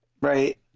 Right